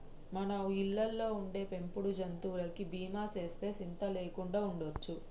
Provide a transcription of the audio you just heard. మన ఇళ్ళలో ఉండే పెంపుడు జంతువులకి బీమా సేస్తే సింత లేకుండా ఉండొచ్చు